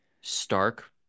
stark